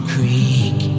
Creek